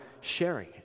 sharing